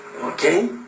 Okay